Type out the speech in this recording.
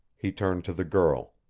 he turned to the girl.